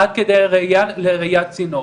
עד כדי לראיית צינור.